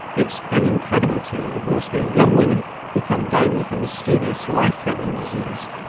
it's an incredible tale of mostly young women who come down with a mysterious life threatening disease,